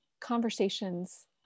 conversations